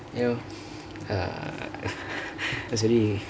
you know err actually